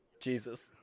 Jesus